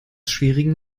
schwierigen